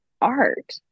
art